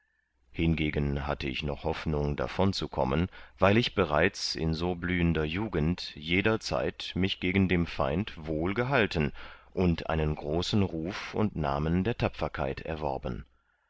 hingegen hatte ich noch hoffnung davonzukommen weil ich bereits in so blühender jugend jederzeit mich gegen dem feind wohl gehalten und einen großen ruf und namen der tapferkeit erworben